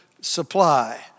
supply